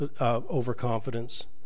overconfidence